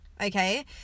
okay